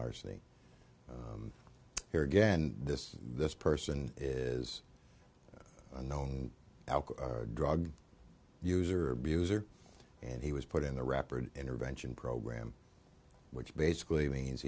larceny here again this this person is a known drug user abuser and he was put in the wrapper intervention program which basically means